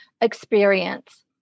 experience